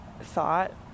thought